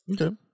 okay